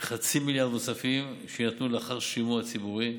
וחצי מיליארד נוספים שיינתנו לאחר שימוע ציבורי.